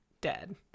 dead